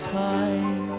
time